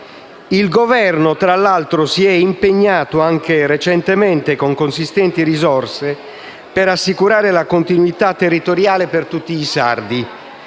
Il Governo, tra l'altro, si è impegnato anche recentemente con consistenti risorse per assicurare la continuità territoriale per tutti i sardi.